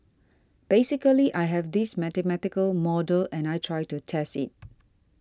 basically I have this mathematical model and I tried to test it